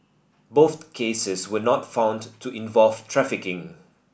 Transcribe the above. both cases were not found to involve trafficking